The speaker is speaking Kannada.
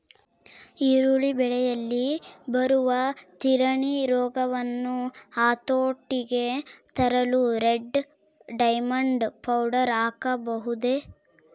ಈರುಳ್ಳಿ ಬೆಳೆಯಲ್ಲಿ ಬರುವ ತಿರಣಿ ರೋಗವನ್ನು ಹತೋಟಿಗೆ ತರಲು ರೆಡ್ ಡೈಮಂಡ್ ಪೌಡರ್ ಹಾಕಬಹುದೇ?